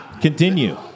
Continue